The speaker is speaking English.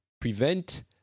prevent